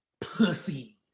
pussy